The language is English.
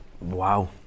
Wow